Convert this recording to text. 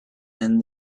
and